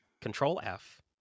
Control-F